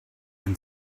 and